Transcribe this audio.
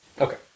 Okay